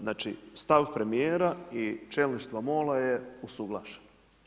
Znači stav premijera i čelništvo MOL-a je usuglašeno.